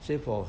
save for